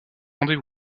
rendez